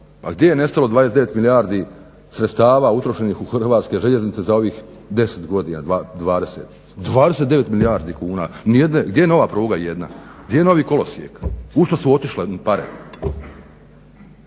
pa gdje je nestalo 29 milijardi sredstava utrošenih u Hrvatske željeznice za ovih deset godina, dvadeset. 29 milijardi kuna, ni jedne, gdje je nova pruga jedna? Gdje je novi kolosijek? U što su otišle pare?